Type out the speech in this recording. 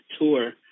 tour